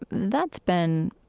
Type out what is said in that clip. that's been